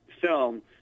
film